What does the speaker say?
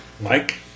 Mike